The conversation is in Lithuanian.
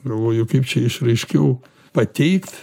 galvoju kaip čia išraiškiau pateikt